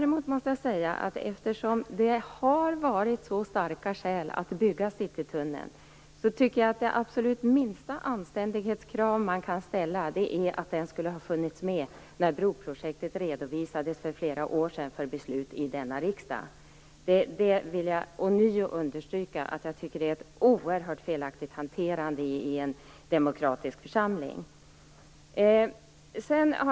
Eftersom det har funnits så starka skäl för att bygga Citytunneln tycker jag att det absolut minsta anständighetskrav man kan ställa är att den skulle ha funnits med när broprojektet redovisades för flera år sedan för beslut i denna riksdag. Det vill jag ånyo understryka. Jag tycker att hanterandet är oerhört felaktigt i en demokratisk församling.